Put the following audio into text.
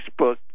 Facebook